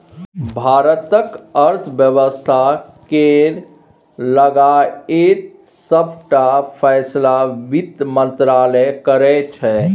भारतक अर्थ बेबस्था केर लगाएत सबटा फैसला बित्त मंत्रालय करै छै